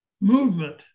Movement